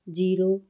zero